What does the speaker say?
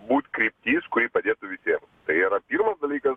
būt kryptis kuri padėtų visiem tai yra pirmas dalykas